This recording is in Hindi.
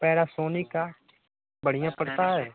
पैरासोनिक का बढ़िया पड़ता है